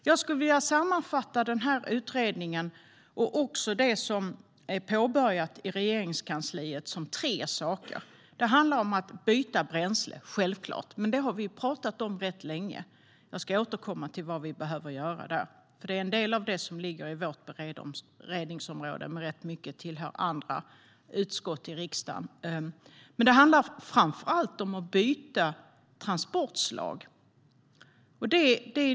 Jag skulle vilja sammanfatta utredningen och även det som är påbörjat i Regeringskansliet som tre saker. Det handlar självklart om att byta bränsle, men det har vi talat om rätt länge. Jag ska återkomma till vad vi behöver göra där. En del av detta ligger inom vårt beredningsområde, men rätt mycket tillhör andra utskott i riksdagen. Det handlar framför allt om att byta transportslag.